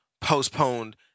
postponed